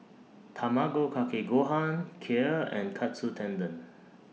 Tamago Kake Gohan Kheer and Katsu Tendon